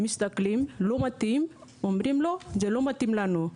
מסתכלים ואם לא מתאים אומרים לו זה לא מתאים לנו.